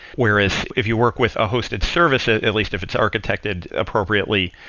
whereas if you work with a hosted service, ah at least if it's architected appropriately,